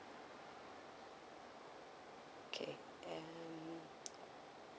okay and